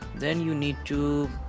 then you need to